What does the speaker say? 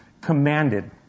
commanded